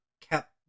kept